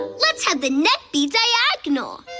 let's have the neck be diagonal.